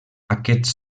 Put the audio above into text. aquests